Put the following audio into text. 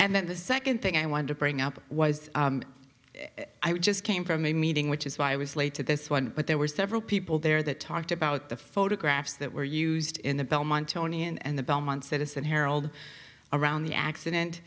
and then the second thing i wanted to bring up was i just came from a meeting which is why i was late to this one but there were several people there that talked about the photographs that were used in the belmont tony and the belmont status and harold around the accident